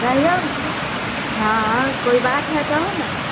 कहियौ कोइ बात हय कहुँ ने